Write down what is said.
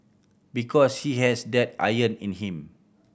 because he has that iron in him